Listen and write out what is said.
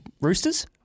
roosters